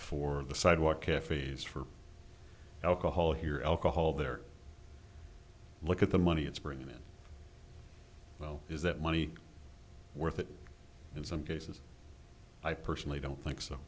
for the sidewalk cafes for alcohol here alcohol there look at the money it's bringing in well is that money worth it in some cases i personally don't think so